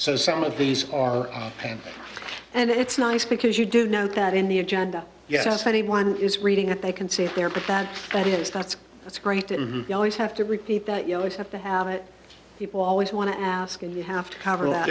so some of these are paid and it's nice because you do know that in the agenda yes anyone is reading and they can say they are but that that is that's that's great it is always have to repeat that you always have to have it people always want to ask and you have to cover that